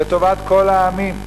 לטובת כל העמים.